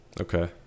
Okay